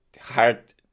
hard